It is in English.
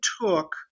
took